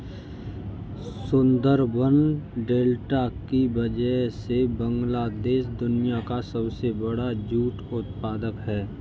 Sundarban delta की वजह से बांग्लादेश दुनिया का सबसे बड़ा जूट उत्पादक है